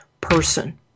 person